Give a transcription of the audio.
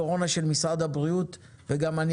לנגיף הקורונה של משרד הבריאות וגם לכך שאני